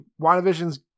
WandaVision's